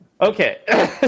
Okay